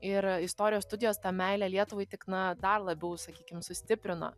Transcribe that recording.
ir istorijos studijos tą meilę lietuvai tik na dar labiau sakykim sustiprino